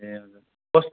ए हजुर कस्